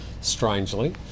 strangely